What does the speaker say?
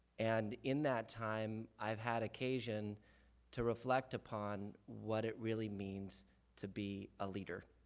and in that time i have had occasion to reflect upon what it really means to be a leader.